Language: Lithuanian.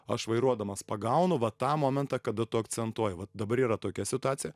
aš vairuodamas pagaunu va tą momentą kada tu akcentuoji vat dabar yra tokia situacija